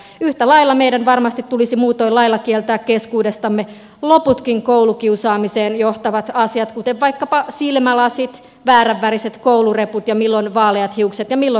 yhtä lailla meidän varmasti tulisi muutoin lailla kieltää keskuudestamme loputkin koulukiusaamiseen johtavat asiat kuten vaikkapa silmälasit väärän väriset koulureput milloin vaaleat hiukset ja milloin tummat hiukset